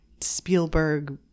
spielberg